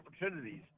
opportunities